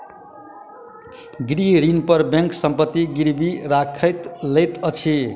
गृह ऋण पर बैंक संपत्ति गिरवी राइख लैत अछि